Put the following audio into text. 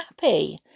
happy